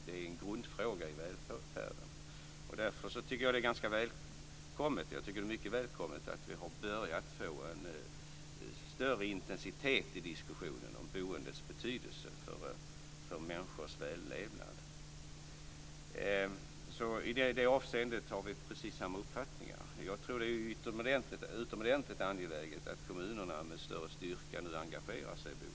Det är en grundfråga i välfärden. Därför tycker jag att det är ganska välkommet, det är mycket välkommet, att vi har börjat få en större intensitet i diskussionen om boendets betydelse för människors vällevnad. I det avseendet har vi alltså precis samma uppfattningar. Jag tror att det är utomordentligt angeläget att kommunerna med större styrka nu engagerar sig i boendet.